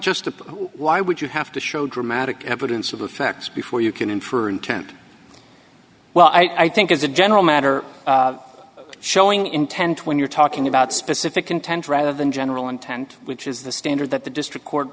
just why would you have to show dramatic evidence of the facts before you can infer intent well i think as a general matter showing intent when you're talking about specific content rather than general intent which is the standard that the district court